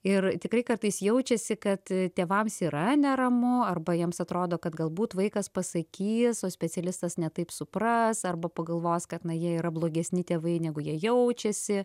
ir tikrai kartais jaučiasi kad tėvams yra neramu arba jiems atrodo kad galbūt vaikas pasakys o specialistas ne taip supras arba pagalvos kad jie yra blogesni tėvai negu jie jaučiasi